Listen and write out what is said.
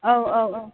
औ औ औ